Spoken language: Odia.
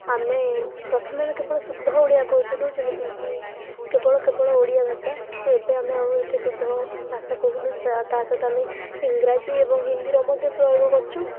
ଆମେ ପ୍ରଥମେ କେବଳ ଶୁଦ୍ଧ ଓଡ଼ିଆ କହୁଥିଲୁ ଯେମିତିକି କେବଳ କେବଳ ଓଡ଼ିଆ ଭାଷା କିନ୍ତୁ ଏବେ ଆଉ ଆମେ ଏତେ ଶୁଦ୍ଧ ଭାଷା କହୁନୁ ତା'ସହିତ ଆମେ ଇଂରାଜୀ ଏବଂ ହିନ୍ଦୀର ମଧ୍ୟ ପ୍ରୟୋଗ କରୁଛୁ